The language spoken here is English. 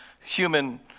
Human